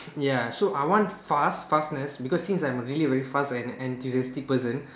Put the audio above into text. ya so I want fast fastness because since I am a really very fast and enthusiastic person